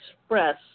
express